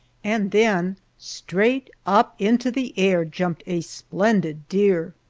and then straight up into the air jumped a splendid deer!